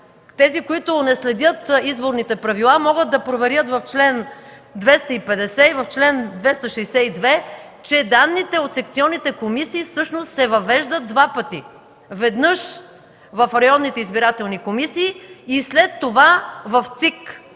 тези, които не следят изборните правила, могат да проверят в чл. 250 и чл. 262, че данните от секционните комисии всъщност се въвеждат два пъти – веднъж в районните избирателни комисии и след това в